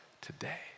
today